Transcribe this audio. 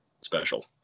special